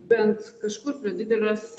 bent kažkur prie didelės